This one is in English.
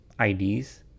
IDs